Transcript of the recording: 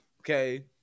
Okay